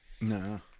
no